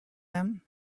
them